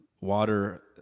Water